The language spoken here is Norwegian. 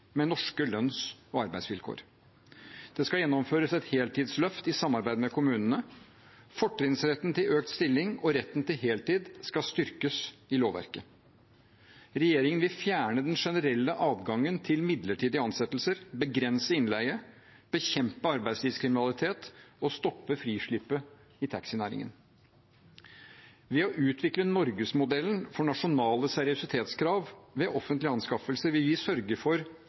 med norske lønns- og arbeidsvilkår. Det skal gjennomføres et heltidsløft i samarbeid med kommunene. Fortrinnsretten til økt stilling og retten til heltid skal styrkes i lovverket. Regjeringen vil fjerne den generelle adgangen til midlertidige ansettelser, begrense innleie, bekjempe arbeidslivskriminalitet og stoppe frislippet i taxinæringen. Ved å utvikle Norgesmodellen for nasjonale seriøsitetskrav ved offentlige anskaffelser vil vi sørge for